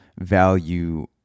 value